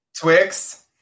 Twix